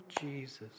Jesus